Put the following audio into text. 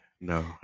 No